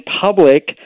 public